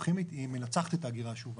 אלקטרוכימית היא מנצחת את האגירה השאובה,